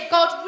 God